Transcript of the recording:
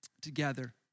together